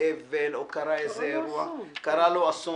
אם הוא באבל, או קרה איזה אירוע, קרה אסון